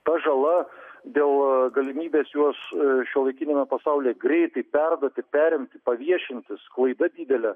ta žala dėl galimybės juos šiuolaikiniame pasaulyje greitai perduoti perimti paviešinti sklaida didelė